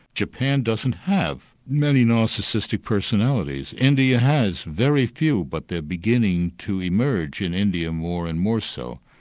japan doesn't have many narcissistic personalities. india has very few but they are beginning to emerge in india more and more so.